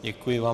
Děkuji vám.